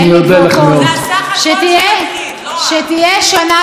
זה הסך-הכול שמטריד, לא, שתהיה שנה טובה.